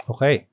Okay